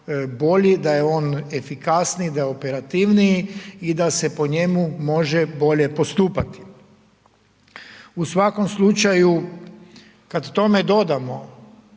bolji, da je on efikasniji, da je operativniji i da se po njemu može bolje postupati. U svakom slučaju kad tome dodamo